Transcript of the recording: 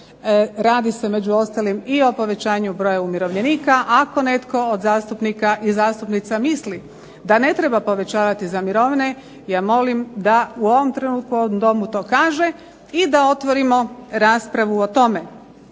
Radi se među ostalim i o povećanju broja umirovljenika. Ako netko od zastupnika i zastupnica misli da ne treba povećavati za mirovine ja molim da u ovom trenutku u ovom Domu to kaže i da otvorimo raspravu o tome.